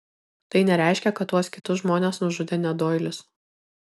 tai nereiškia kad tuos kitus žmones nužudė ne doilis